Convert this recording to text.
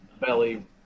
belly